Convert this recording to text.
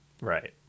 right